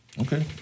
Okay